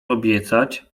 obiecać